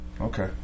Okay